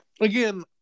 Again